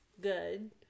good